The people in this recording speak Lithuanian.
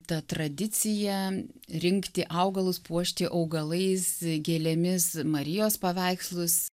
ta tradicija rinkti augalus puošti augalais gėlėmis marijos paveikslus